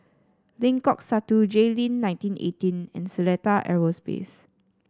Lengkok Satu Jayleen nineteen eighteen and Seletar Aerospace